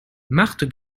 marthe